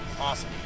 Awesome